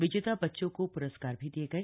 विजेता बच्चों को प्रस्कार भी दिये गए